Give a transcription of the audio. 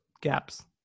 gaps